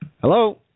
Hello